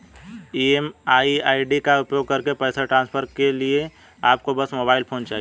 MMID का उपयोग करके पैसे ट्रांसफर करने के लिए आपको बस मोबाइल फोन चाहिए